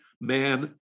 Man